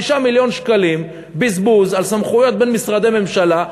מיליון שקלים בזבוז על סמכויות בין משרדי ממשלה,